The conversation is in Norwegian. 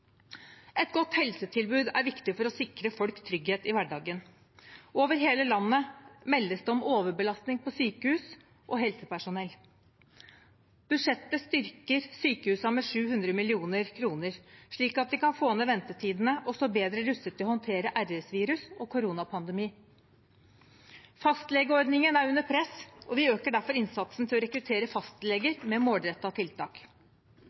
Et godt helsetilbud er viktig for å sikre folk trygghet i hverdagen. Over hele landet meldes det om overbelastning på sykehus og helsepersonell. Budsjettet styrker sykehusene med 700 mill. kr, slik at vi kan få ned ventetidene og stå bedre rustet til å håndtere RS-virus og koronapandemi. Fastlegeordningen er under press, og vi øker derfor innsatsen for å rekruttere fastleger med målrettede tiltak.